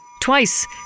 twice